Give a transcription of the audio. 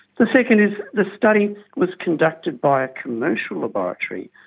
the second is the study was conducted by a commercial laboratory,